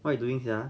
what you doing sia